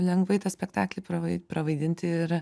lengvai tą spektaklį pravai pravaidinti ir